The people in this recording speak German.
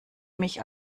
mich